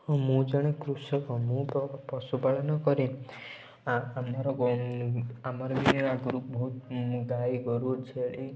ହଁ ମୁଁ ଜଣେ କୃଷକ ମୁଁ ପଶୁ ପାଳନ କରେ ଆମର ଆମର ବି ଆଗରୁ ବହୁତ ଗାଈ ଗୋରୁ ଛେଳି